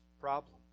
problem